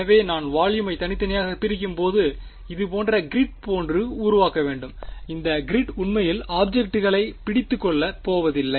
எனவே நான் வால்யுமை தனித்தனியாகப் பிரிக்கும்போது இதுபோன்ற க்ரிட் போன்று உருவாக்க வேண்டும் இந்த கிரிட் உண்மையில் ஆப்ஜெக்ட்களை பிடித்துக்கொள்ள போவதில்லை